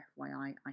FYI